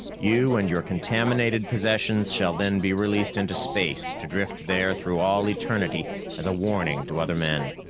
you and your contaminated possessions shall then be released into space, to drift there through all eternity as a warning to other men.